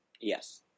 Yes